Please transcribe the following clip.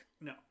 No